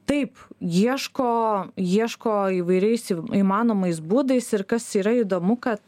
taip ieško ieško įvairiais įmanomais būdais ir kas yra įdomu kad